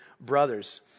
brothers